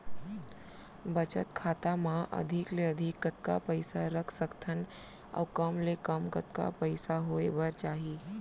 बचत खाता मा अधिक ले अधिक कतका पइसा रख सकथन अऊ कम ले कम कतका पइसा होय बर चाही?